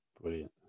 Brilliant